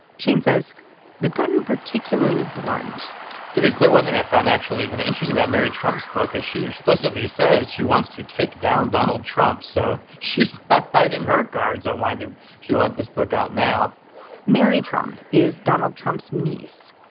shane says they've gotten particularly blunt to be clear, one thing i found actually interesting about mary trump's book is she explicitly says she wants to take down donald trump. so she's ah hiding her guards on why she wants this book out now mary trump is donald trump's niece.